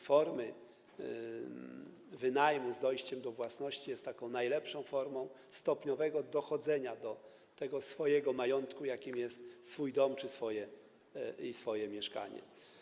Forma wynajmu z dojściem do własności jest najlepszą formą stopniowego dochodzenia do swojego majątku, jakim jest swój dom czy jakim jest swoje mieszkanie.